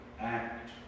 act